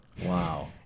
Wow